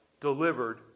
delivered